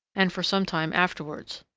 and for some time afterwards.